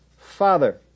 father